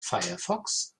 firefox